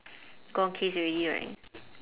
gone case already right